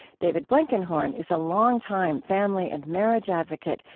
david blankenhorn is a longtime family and marriage advocate.